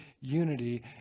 unity